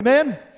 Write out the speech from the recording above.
Amen